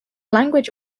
language